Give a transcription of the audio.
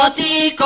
ah the